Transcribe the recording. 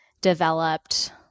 developed